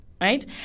right